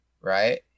Right